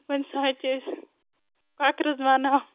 کُنہِ ساتہٕ چھِ أسۍ کۄکرَس بناوان